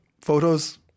Photos